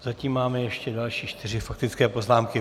Zatím máme ještě další čtyři faktické poznámky.